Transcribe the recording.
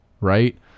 Right